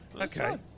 Okay